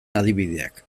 adibideak